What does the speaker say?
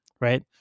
Right